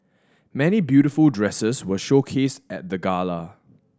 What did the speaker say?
many beautiful dresses were showcased at the gala